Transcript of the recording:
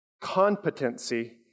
competency